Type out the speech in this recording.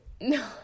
No